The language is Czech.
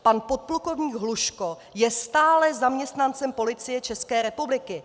Pan podplukovník Hluško je stále zaměstnancem Policie České republiky.